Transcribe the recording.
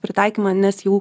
pritaikymą nes jau